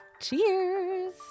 Cheers